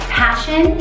passion